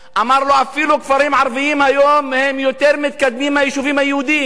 אמר לו: אפילו כפרים ערביים היום הם יותר מתקדמים מהיישובים היהודיים,